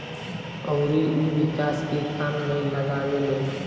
अउरी उ विकास के काम में लगावेले